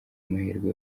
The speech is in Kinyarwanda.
amahirwe